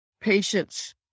patience